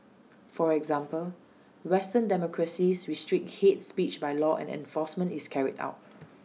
for example western democracies restrict hate speech by law and enforcement is carried out